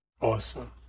Awesome